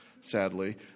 sadly